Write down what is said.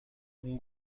اون